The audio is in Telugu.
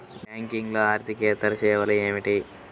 బ్యాంకింగ్లో అర్దికేతర సేవలు ఏమిటీ?